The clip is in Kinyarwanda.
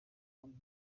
hanze